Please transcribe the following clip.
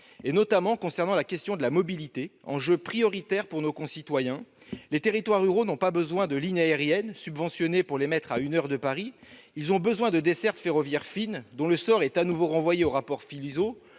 notamment dans le domaine de la mobilité, enjeu prioritaire pour nos concitoyens. Les territoires ruraux n'ont pas besoin de lignes aériennes subventionnées qui les mettraient à une heure de Paris ; ils ont besoin de dessertes ferroviaires fines, dont le sort est à nouveau renvoyé au rapport Philizot,